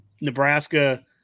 Nebraska